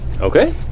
Okay